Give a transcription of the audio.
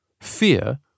Fear